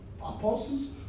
apostles